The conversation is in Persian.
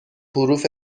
حروف